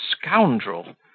scoundrel